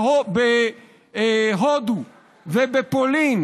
בהודו ובפולין